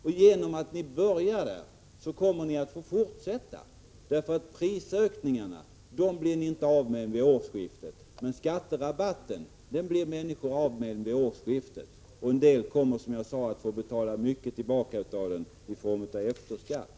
Och genom att ni börjat så kommer ni att få fortsätta. Prisökningarna blir vi ju inte av med vid årsskiftet. Men skatterabatten, den blir människorna av med vid årsskiftet. Och en del kommer, som jag sade, att få betala tillbaka mycket av den i form av efterskatt.